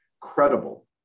credible